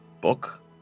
book